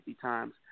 times